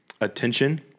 attention